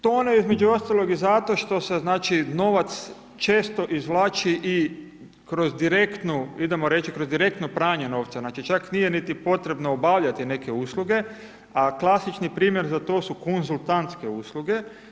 Tone između ostalog i zato što se novac često izvlači i kroz direktnu, idemo reći kroz direktno pranje novca, znači čak nije potrebno niti obavljati neke usluge, a klasični primjer za to su konzultantske usluge.